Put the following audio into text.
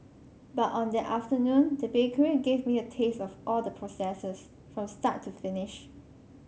but on that afternoon the bakery gave me a taste of all the processes from start to finish